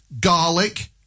garlic